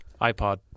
iPod